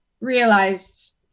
realized